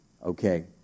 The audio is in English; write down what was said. Okay